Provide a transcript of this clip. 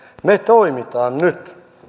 me toimimme nyt